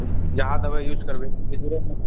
एहा दवाइ यूज करबए